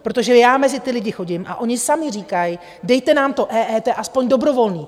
Protože já mezi ty lidi chodím a oni sami říkají: Dejte nám to EET aspoň dobrovolné.